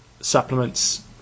supplements